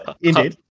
Indeed